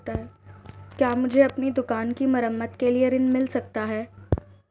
क्या मुझे अपनी दुकान की मरम्मत के लिए ऋण मिल सकता है?